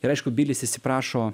ir aišku bilis įsiprašo